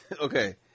Okay